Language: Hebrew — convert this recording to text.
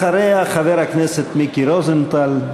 אחריה, חבר הכנסת מיקי רוזנטל.